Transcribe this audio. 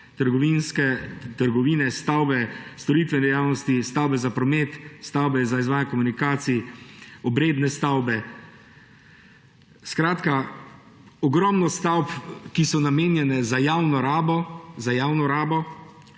trgovine, stavbe storitvene dejavnosti, stavbe za promet, stavbe za izvajanje komunikacij, obredne stavbe. Skratka, ogromno stavb, ki so namenjene za javno rabo,